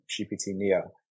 GPT-NEO